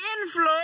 inflow